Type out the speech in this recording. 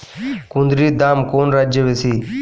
কুঁদরীর দাম কোন রাজ্যে বেশি?